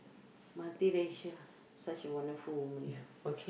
multiracial such a wonderful woman ah